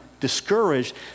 discouraged